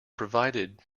provided